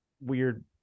weird